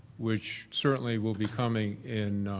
which certainly will be coming in